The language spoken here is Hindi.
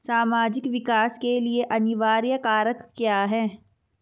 सामाजिक विकास के लिए अनिवार्य कारक क्या है?